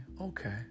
Okay